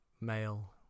male